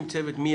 כשכואב צועקים.